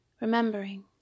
remembering